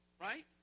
right